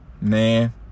man